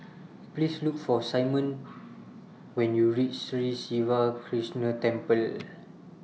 Please Look For Symone when YOU REACH Sri Siva Krishna Temple